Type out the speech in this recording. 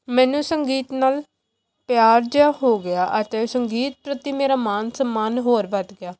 ਮੈਨੂੰ ਸੰਗੀਤ ਨਾਲ਼ ਪਿਆਰ ਜਿਹਾ ਹੋ ਗਿਆ ਅਤੇ ਸੰਗੀਤ ਪ੍ਰਤੀ ਮੇਰਾ ਮਾਣ ਸਨਮਾਨ ਹੋਰ ਵੱਧ ਗਿਆ